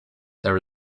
there